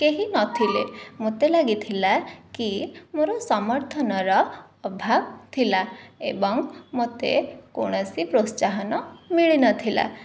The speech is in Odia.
କେହିନଥିଲେ ମୋତେ ଲାଗିଥିଲା କି ମୋର ସମର୍ଥନର ଅଭାବ ଥିଲା ଏବଂ ମୋତେ କୌଣସି ପ୍ରୋତ୍ସାହନ ମିଳିନଥିଲା